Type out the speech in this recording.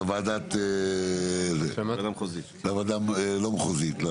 לוועדת המשנה הארצית.